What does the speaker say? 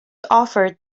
offered